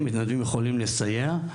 מתנדבים, שיכולים לסייע.